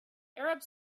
arabs